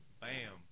Bam